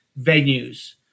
venues